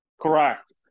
Correct